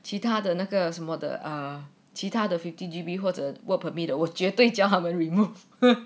其他的那个什么的啊其他的 fifty G_B 或者 work permit 我绝对讲 when removed